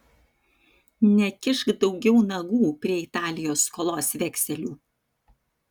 nekišk daugiau nagų prie italijos skolos vekselių